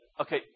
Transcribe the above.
okay